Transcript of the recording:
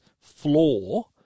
flaw